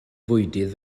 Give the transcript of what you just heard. fwydydd